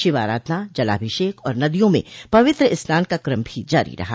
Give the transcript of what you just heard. शिव आराधना जलाभिषेक और नदियों में पवित्र स्नान का कम भी जारी रहा